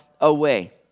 away